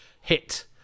hit